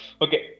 Okay